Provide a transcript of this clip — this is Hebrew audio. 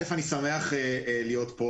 אני שמח להיות כאן.